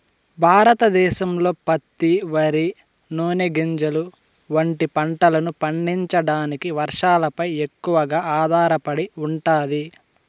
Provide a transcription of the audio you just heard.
భారతదేశంలో పత్తి, వరి, నూనె గింజలు వంటి పంటలను పండించడానికి వర్షాలపై ఎక్కువగా ఆధారపడి ఉంటాది